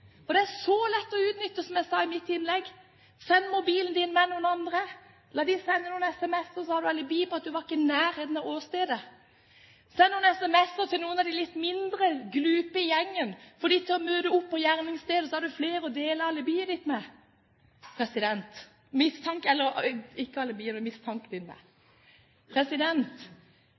for det er så lett å utnytte, som jeg sa i mitt innlegg. Send mobilen din med noen andre, la dem sende noen SMS-er, og så har du alibi for at du ikke var i nærheten av åstedet. Send noen SMS-er til noen av de litt mindre glupe i gjengen, få dem til å møte opp på gjerningsstedet, så er det flere å dele mistanken på. Vi kommer ikke